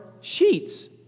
sheets